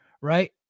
right